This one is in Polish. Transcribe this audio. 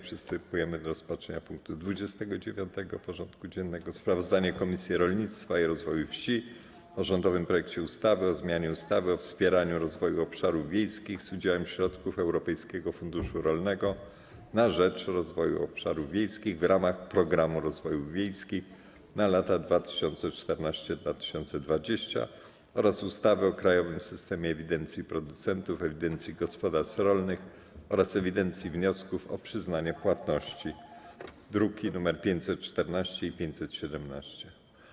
Przystępujemy do rozpatrzenia punktu 29. porządku dziennego: Sprawozdanie Komisji Rolnictwa i Rozwoju Wsi o rządowym projekcie ustawy o zmianie ustawy o wspieraniu rozwoju obszarów wiejskich z udziałem środków Europejskiego Funduszu Rolnego na rzecz Rozwoju Obszarów Wiejskich w ramach Programu Rozwoju Obszarów Wiejskich na lata 2014–2020 oraz ustawy o krajowym systemie ewidencji producentów, ewidencji gospodarstw rolnych oraz ewidencji wniosków o przyznanie płatności (druki nr 514 i 517)